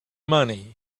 money